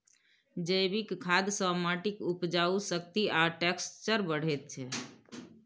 जैबिक खाद सँ माटिक उपजाउ शक्ति आ टैक्सचर बढ़ैत छै